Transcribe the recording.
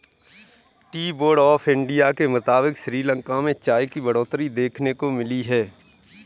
T board of India के मुताबिक़ श्रीलंका में चाय की बढ़ोतरी देखने को मिली है